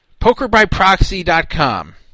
pokerbyproxy.com